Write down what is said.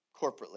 corporately